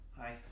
Hi